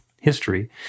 history